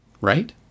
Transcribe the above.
right